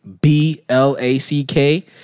B-L-A-C-K